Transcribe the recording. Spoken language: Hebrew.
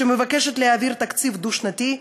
שמבקשת להעביר תקציב דו-שנתי,